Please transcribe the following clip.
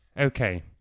Okay